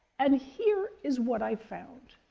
and here is what i found,